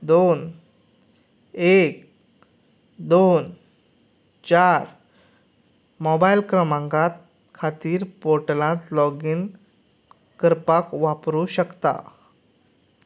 दोन एक दोन चार मोबायल क्रमांका खातीर पोर्टलांत लोग इन करपाक वापरूं शकता